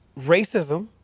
racism